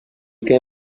què